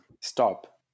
Stop